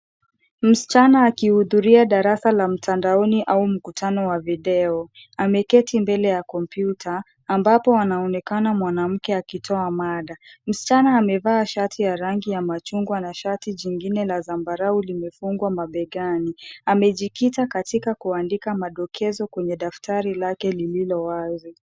Msichana akihudhuria darasa la mtandaoni au mkutano wa video. Ameketi mbele ya kompyuta, ambapo anaonekana mwanamke akitoa mada. Msichana amevaa shati ya rangi ya machungwa na shati jingine la zambarau limefungwa mabegani. Amejikita katika kuandika madokezo kwenye daftari lake lililo wazi.